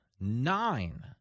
nine